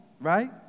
right